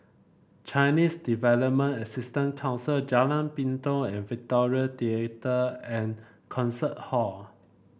Chinese Development Assistance Council Jalan Pintau and Victoria Theatre and Concert Hall